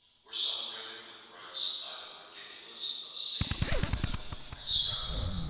were celebrated with rites either ridiculous, obscene, or madly extravagant.